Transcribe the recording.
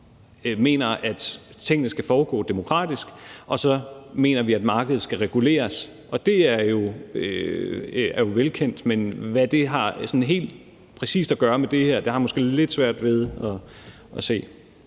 mener, at tingene skal foregå demokratisk, og så mener vi, at markedet skal reguleres. Det er jo velkendt, men hvad det sådan helt præcist har at gøre med det her, har jeg måske lidt svært ved at se.